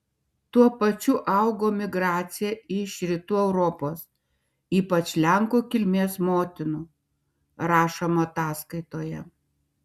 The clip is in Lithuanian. tuo pačiu augo migracija iš rytų europos ypač lenkų kilmės motinų rašoma ataskaitoje